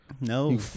No